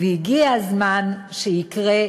והגיע הזמן שיקרה,